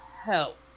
help